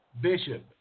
Bishop